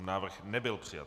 Návrh nebyl přijat.